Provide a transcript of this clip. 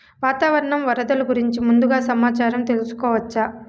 వాతావరణం వరదలు గురించి ముందుగా సమాచారం తెలుసుకోవచ్చా?